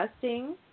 testing